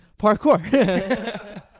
parkour